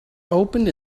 opened